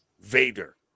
Vader